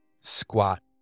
squat